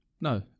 no